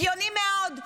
הגיוני מאוד.